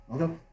Okay